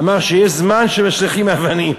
אמר שיש זמן שמשליכים אבנים,